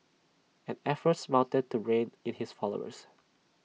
and efforts mounted to rein in his followers